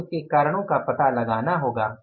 हमें उसके कारणों का पता लगाना होगा